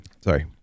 sorry